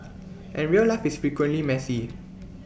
and real life is frequently messy